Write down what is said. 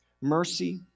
mercy